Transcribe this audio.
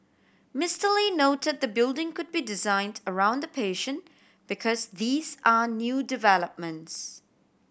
Mister Lee note the building could be designed around the patient because these are new developments